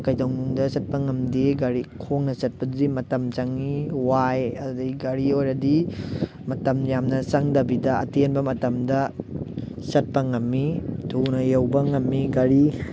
ꯀꯩꯗꯧꯅꯨꯡꯗ ꯆꯠꯄ ꯉꯝꯗꯦ ꯒꯥꯔꯤ ꯈꯣꯡꯅ ꯆꯠꯄꯗꯨꯗꯤ ꯃꯇꯝ ꯆꯪꯉꯤ ꯋꯥꯏ ꯑꯗꯨꯗꯩ ꯒꯥꯔꯤ ꯑꯣꯏꯔꯗꯤ ꯃꯇꯝ ꯌꯥꯝꯅ ꯆꯪꯗꯕꯤꯗ ꯑꯇꯦꯟꯕ ꯃꯇꯝꯗ ꯆꯠꯄ ꯉꯝꯃꯤ ꯊꯨꯅ ꯌꯧꯕ ꯉꯝꯃꯤ ꯒꯥꯔꯤ